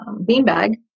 beanbag